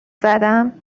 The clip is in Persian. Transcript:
زدم